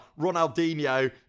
Ronaldinho